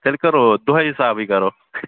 تیٚلہِ کَرو دۄہ حِسابٕے کَرو